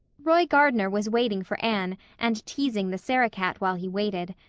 roy gardner was waiting for anne and teasing the sarah-cat while he waited.